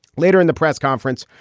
later in the press conference,